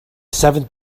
seventh